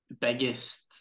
biggest